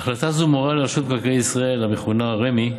החלטה זו מורה לרשות מקרקעי ישראל, המכונה רמ"י,